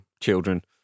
children